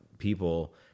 people